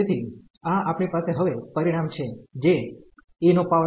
તેથી આ આપણી પાસે હવે પરિણામ છે જે ex2 x2 છે